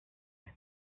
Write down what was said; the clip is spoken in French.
flux